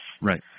Right